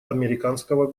американского